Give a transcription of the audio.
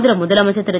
ஆந்திர முதலமைச்சர் திரு